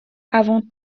avant